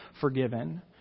forgiven